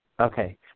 Okay